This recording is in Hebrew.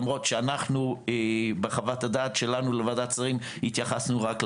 למרות שאנחנו בחוות-הדעת שלנו לוועדת השרים התייחסנו רק למשטרה,